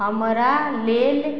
हमरा लेल